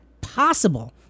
possible